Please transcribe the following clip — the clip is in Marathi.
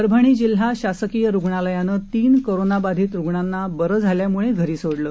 परभणी जिल्हा शासकीय रुग्णालयानं तीन कोरोनाबाधित रुग्णांना बरे झाल्यामुळं घरी सोडलं